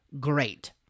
great